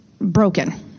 broken